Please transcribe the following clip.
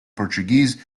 portuguese